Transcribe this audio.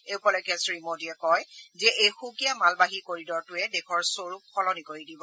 এই উপলক্ষে শ্ৰীমোদীয়ে কয় যে এই সুকীয়া মালবাহী কৰিডৰ টোৱে দেশৰ স্বৰূপ সলনি কৰি দিব